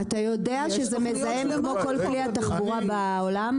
אתה יודע שזה מזהם כמו כלי התחבורה בעולם?